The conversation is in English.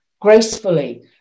gracefully